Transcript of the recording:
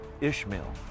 Ishmael